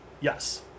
Yes